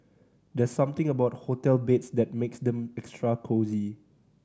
there's something about hotel beds that makes them extra cosy